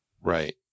Right